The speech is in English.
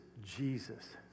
Jesus